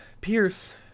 Pierce